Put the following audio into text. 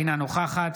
אינה נוכחת